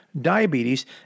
diabetes